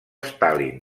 stalin